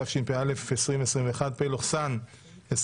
התשפ"א 2021 (פ/1044/24),